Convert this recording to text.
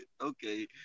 Okay